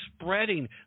spreading